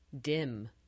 dim